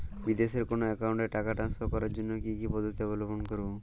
বিদেশের কোনো অ্যাকাউন্টে টাকা ট্রান্সফার করার জন্য কী কী পদ্ধতি অবলম্বন করব?